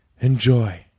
enjoy